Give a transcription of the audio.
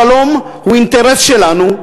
השלום הוא אינטרס שלנו,